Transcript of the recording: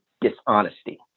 dishonesty